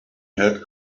had